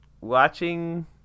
Watching